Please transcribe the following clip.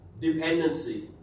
dependency